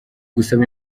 gusaba